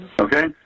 Okay